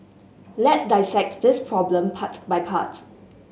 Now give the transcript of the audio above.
let's dissect this problem part by part